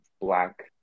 black